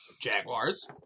Jaguars